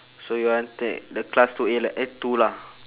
so you want take the class two A lah eh two lah